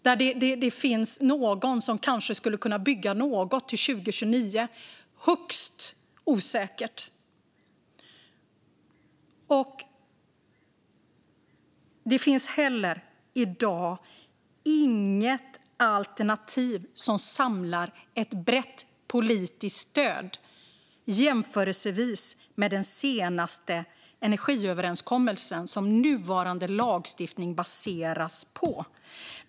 Det finns någon som kanske skulle kunna bygga något till 2029, men det är högst osäkert. Det finns i dag heller inte något alternativ som samlar ett brett politiskt stöd i jämförelse med den senaste energiöverenskommelsen, som nuvarande lagstiftning baseras på.